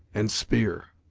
and spear.